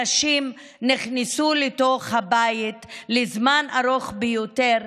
הנשים נכנסו לתוך הבית לזמן ארוך ביותר,